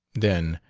then,